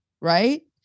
right